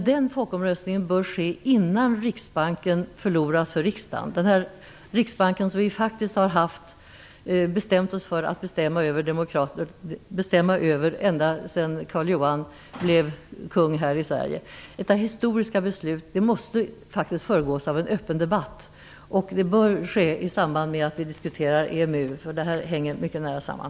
Den folkomröstningen bör ske innan Riksbanken går förlorad för riksdagen. Vi har bestämt över den ända sedan Karl Johan blev kung här i Sverige. Detta historiska beslut måste faktiskt föregås av en öppen debatt. Det bör ske i samband med att vi diskuterar EMU, för dessa frågor hänger mycket nära samman.